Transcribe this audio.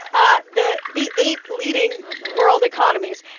ah the the eight leading world economies.